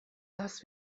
das